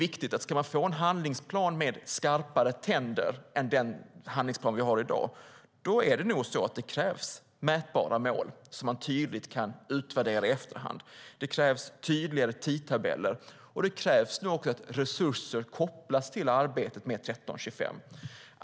Ska man få en handlingsplan med skarpare tänder än den handlingsplan som vi har i dag krävs det nog mätbara mål som man tydligt kan utvärdera i efterhand, det krävs tydligare tidtabeller, och det krävs nog också att resurser kopplas till arbetet med 1325.